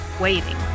waiting